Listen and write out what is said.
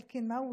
אלקין, מהו?